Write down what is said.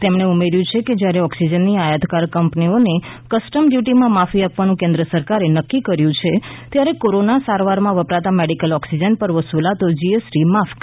તેમણે ઉમેર્યું છે કે જ્યારે ઓક્સિજનની આયાતકાર કંપનીઓને કસ્ટમ ડ્યુટીમાં માફી આપવાનું કેન્દ્ર સરકારે નક્કી કર્યું છે ત્યારે કોરોના સારવારમાં વપરાતા મેડિકલ ઑક્સીજન પર વસૂલાતો જીએસટી માફ કરવામાં આવે